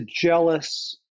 jealous